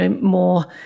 more